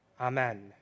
Amen